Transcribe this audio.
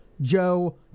joe